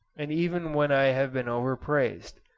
and even when i have been overpraised,